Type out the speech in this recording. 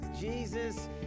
Jesus